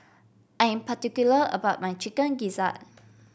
I am particular about my Chicken Gizzard